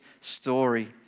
story